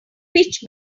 pitch